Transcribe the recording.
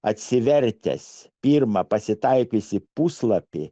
atsivertęs pirmą pasitaikiusį puslapį